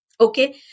Okay